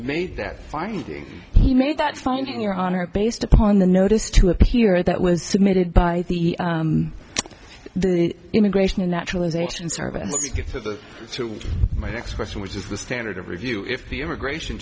made that finding he made that finding your honor based upon the notice to appear that was submitted by the immigration and naturalization service gets to the so my next question which is the standard of review if the immigration